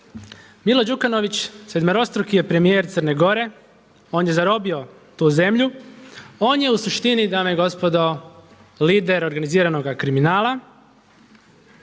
Milo Đukanović sedmerostruki je premijer Crne Gore, on je zarobio tu zemlju, on je u suštini dame i gospodo lider organiziranoga kriminala,